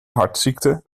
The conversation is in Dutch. hartziekten